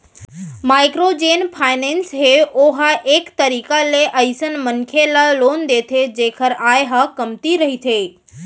micro जेन finance हे ओहा एक तरीका ले अइसन मनखे ल लोन देथे जेखर आय ह कमती रहिथे